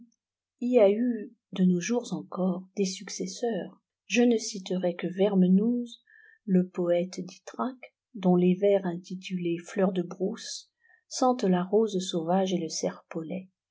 y a eu de nos jours encore des successeurs je ne citerai que vermenouze le poète d'itrac dont les vers intitulés fleur de brousse sentent la rose sauvage et le serpolet